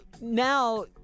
now